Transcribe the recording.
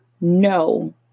No